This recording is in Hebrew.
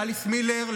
לאליס מילר,